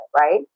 right